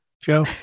Joe